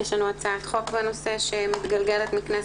יש לנו הצעת חוק בנושא שמתגלגלת מכנסת